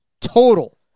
total